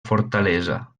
fortalesa